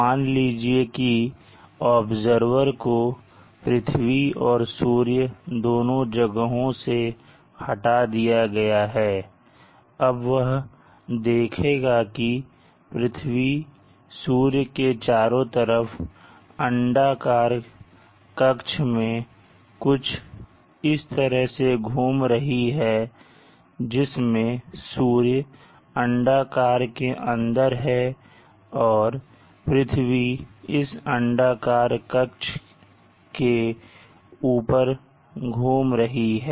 मान लीजिए कि ऑब्जर्वर को पृथ्वी और सूर्य दोनों जगहों से हटा दिया गया है अब वह देखेगा कि पृथ्वी सूर्य के चारों तरफ अंडाकार कक्ष में कुछ इस तरह से घूम रही है जिसमें सूर्य अंडाकार के अंदर है और पृथ्वी इस अंडाकार कक्ष के ऊपर घूम रही है